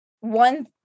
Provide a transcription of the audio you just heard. one